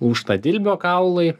lūžta dilbio kaulai